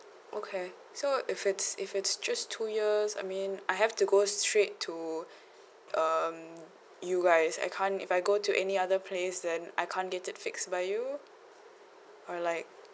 okay so if it's if it's just two years I mean I have to go straight to um you guys I can't if I go to any other place then I can't get it fixed by you or like